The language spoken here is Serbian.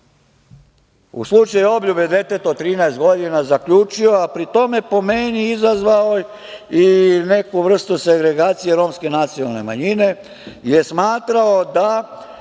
u slučaju obljube deteta od 13 godina zaključio, a pri tome po meni izazvao i neku vrstu segregacije romske nacionalne manjine, smatrao je